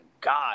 god